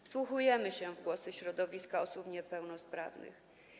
Wsłuchujemy się w głosy środowiska osób niepełnosprawnych.